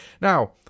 now